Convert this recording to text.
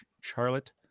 Charlotte